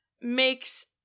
makes